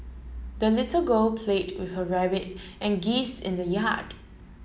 the little girl played with her rabbit and geese in the yard